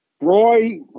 Roy